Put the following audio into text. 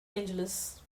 angeles